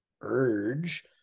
urge